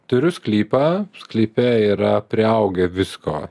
turiu sklypą sklype yra priaugę visko